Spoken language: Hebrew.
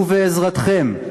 ובעזרתכם,